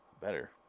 Better